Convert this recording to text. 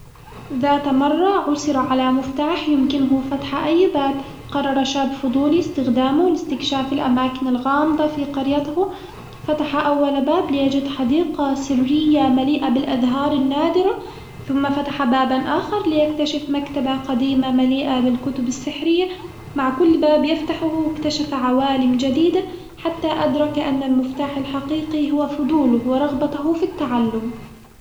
ذات مرة، عثر على مفتاح يمكنه فتح أي باب، قرر شاب فضولي استخدامه لاستكشاف الأماكن الغامضة في قريته، فتح أول باب ليجد حديقة سرية مليئة بالأزهار النادرة، ثم فتح بابًا آخر ليكتشف مكتبة قديمة مليئة بالكتب السحرية، مع كل باب يفتحه اكتشف عوالم جديدة حتى أدرك أن المفتاح الحقيقي هو فضوله ورغبته في التعلم.